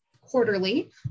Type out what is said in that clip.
quarterly